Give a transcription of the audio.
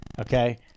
Okay